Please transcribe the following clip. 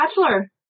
Bachelor